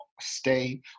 stay